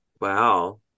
wow